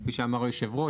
כפי שאמר היושב-ראש,